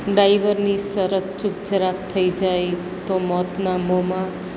ડ્રાઇવરની સરતચૂક જરાક થઈ જાય તો મોતના મોંમાં